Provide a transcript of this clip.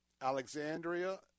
Alexandria